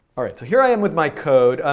ah so here i am with my code. ah